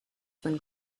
than